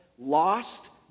lost